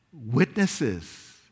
Witnesses